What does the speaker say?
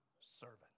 servant